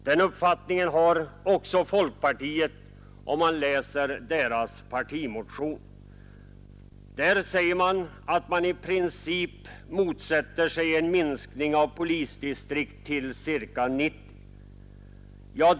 Den uppfattningen delar också folkpartiet, enligt dess partimotion. Där säger man visserligen att man i princip motsätter sig en minskning av polisdistrikten till ca 90.